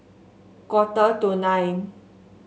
quarter to nine